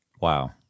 wow